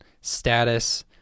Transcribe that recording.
status